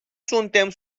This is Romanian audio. suntem